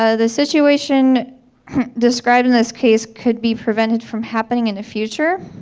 ah the situation described in this case could be prevented from happening in the future.